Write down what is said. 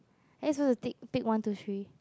are we supposed to take take one two three